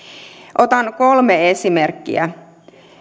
otan kolme esimerkkiä